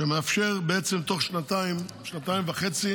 שמאפשר בעצם בתוך שנתיים-שנתיים וחצי